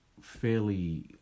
fairly